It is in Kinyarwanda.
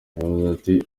yavuze